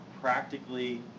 practically